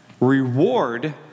reward